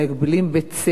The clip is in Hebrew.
בצדק.